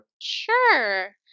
Sure